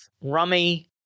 Rummy